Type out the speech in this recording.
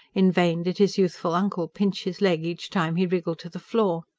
in vain did his youthful uncle pinch his leg each time he wriggled to the floor.